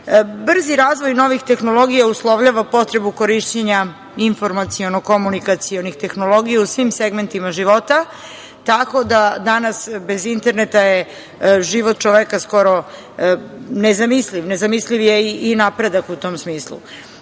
razvoj novih tehnologija uslovljava potrebu korišćenja informaciono-komunikacionih tehnologija u svim segmentima života, tako da danas bez interneta je život čoveka skoro nezamisliv. Nezamisliv je i napredak u tom smislu.